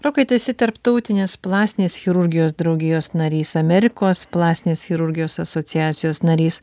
rokai tu esi tarptautinės plastinės chirurgijos draugijos narys amerikos plastinės chirurgijos asociacijos narys